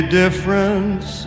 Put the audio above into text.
difference